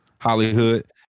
Hollywood